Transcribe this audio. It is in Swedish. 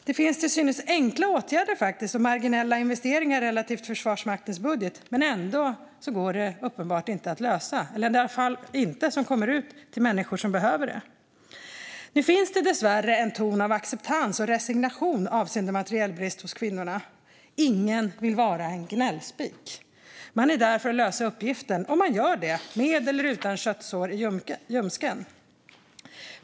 Det finns till synes enkla åtgärder och marginella investeringar relativt Försvarsmaktens budget. Men ändå går detta uppenbarligen inte att lösa. Det kommer i alla fall inte ut till människor som behöver detta. Nu finns det dessvärre en ton av acceptans och resignation avseende materielbrister hos kvinnorna. Ingen vill vara en gnällspik. De är där för att lösa uppgiften, och de gör det med eller utan köttsår i ljumsken.